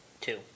two